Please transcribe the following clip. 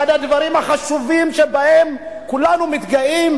אחד הדברים החשובים שבהם כולנו מתגאים,